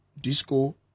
disco